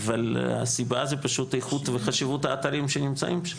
אבל הסיבה זה פשוט איכות וחשיבות האתרים שנמצאים שם.